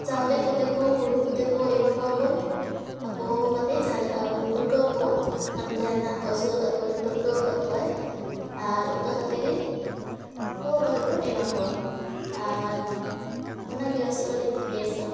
ᱪᱟᱣᱞᱮ ᱠᱷᱚᱸᱫᱮ ᱠᱚ ᱦᱩᱲᱩ ᱠᱷᱚᱫᱮ ᱠᱚ ᱮᱢᱟ ᱠᱚᱣᱟᱵᱚᱱ ᱟᱠᱚ ᱦᱚᱦᱚ ᱠᱟᱛᱮᱫ ᱡᱟᱦᱟᱸ ᱞᱮᱠᱟ ᱟᱵᱚ ᱵᱚᱱ ᱯᱟᱹᱨᱠᱟᱹᱣ ᱠᱚᱣᱟ ᱵᱟᱠᱷᱟᱱ ᱡᱟᱦᱟᱸᱭ ᱦᱟᱸᱜ ᱟᱹᱥᱩᱞ ᱟᱠᱟᱫ ᱠᱚᱣᱟᱭ ᱩᱱᱤ ᱯᱟᱹᱨᱠᱟᱹᱣ ᱟᱠᱟᱫ ᱠᱚᱣᱟᱭ ᱟᱨ ᱚᱱᱠᱟ ᱠᱟᱛᱮ ᱜᱮ ᱦᱚᱦᱚ ᱠᱟᱛᱮ ᱵᱚᱱ ᱮᱢᱟ ᱠᱚᱣᱟ ᱟᱨ ᱚᱱᱟ ᱜᱮ ᱟᱹᱥᱩᱞ ᱟᱹᱰᱤ ᱵᱮᱥᱟ